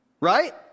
Right